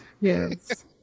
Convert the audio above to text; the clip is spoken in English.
Yes